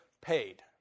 paid